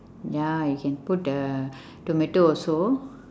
ya you can put the tomato also